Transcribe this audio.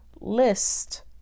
list